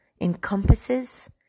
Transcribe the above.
encompasses